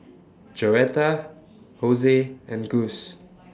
Joetta Jose and Gus